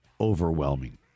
overwhelming